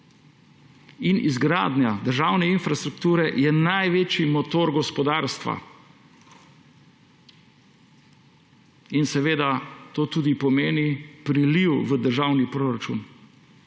Izgradnja državne infrastrukture je največji motor gospodarstva. Seveda to tudi pomeni priliv v državni proračun.